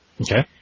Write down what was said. Okay